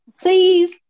Please